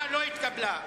לא התקבלה.